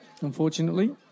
unfortunately